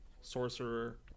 sorcerer